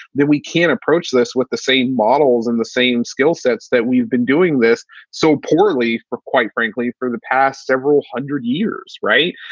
then we can't approach this with the same models and the same skill sets that we've been doing this so poorly for, quite frankly, for the past several hundred years. right.